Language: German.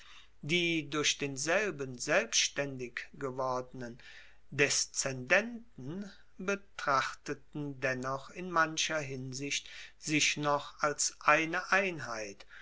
die durch denselben selbstaendig gewordenen deszendenten betrachten dennoch in mancher hinsicht sich noch als eine einheit